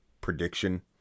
prediction